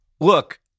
look